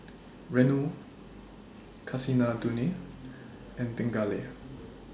Renu Kasinadhuni and Pingali